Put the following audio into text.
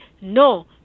no